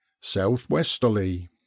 South-westerly